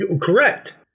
Correct